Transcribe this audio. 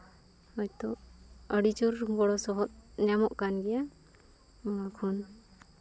ᱦᱳᱭᱛᱳ ᱟᱹᱰᱤ ᱡᱳᱨ ᱜᱚᱲᱚ ᱥᱚᱯᱚᱦᱚᱫ ᱧᱟᱢᱚᱜ ᱠᱟᱱ ᱜᱮᱭᱟ ᱚᱱᱟ ᱠᱷᱚᱱ